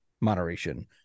moderation